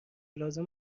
لازم